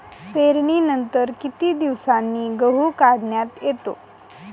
पेरणीनंतर किती दिवसांनी गहू काढण्यात येतो?